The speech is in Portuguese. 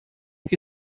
que